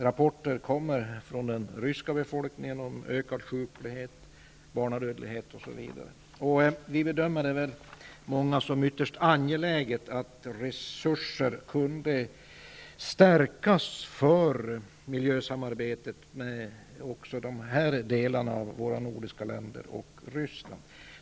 Rapporter kommer från den ryska befolkningen om ökad sjuklighet, barnadödlighet osv. Vi är många som bedömer att det är ytterst angeläget att resurser för miljösamarbetet ökar när det gäller de här delarna av de nordiska länderna och Ryssland.